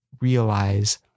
realize